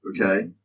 okay